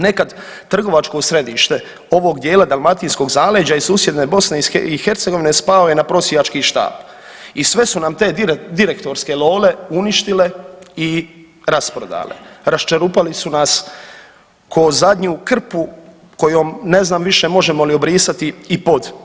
Nekad trgovačko središte ovog dijela dalmatinskog zaleđa i susjedne Bosne i Hercegovine spao je na prosjački štap i sve su nam te direktorske lole uništile i rasprodale, raščerupali su nas ko' zadnju krpu kojom ne znam više možemo li obrisati i pod.